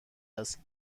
است